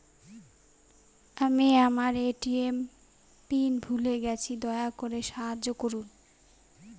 আমি আমার ATM PIN ভুলে গেছি, দয়া করে সাহায্য করুন